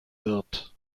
wird